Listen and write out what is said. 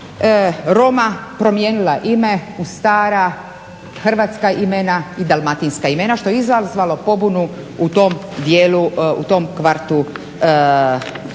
Roma promijenila ime u stara hrvatska imena i dalmatinska imena što je izazvalo pobunu u tom kvartu